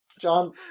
John